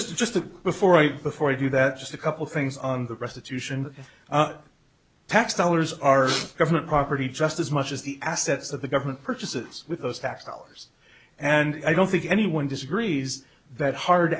by just just before i before i do that just a couple things on the restitution of tax dollars are government property just as much as the assets of the government purchases with those tax dollars and i don't think anyone disagrees that hard